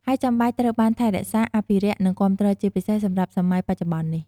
ហើយចាំបាច់ត្រូវបានថែរក្សា អភិរក្ស និងគាំទ្រជាពិសេសសម្រាប់សម័យបច្ចុប្បន្ននេះ។